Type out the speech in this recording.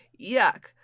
Yuck